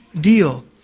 deal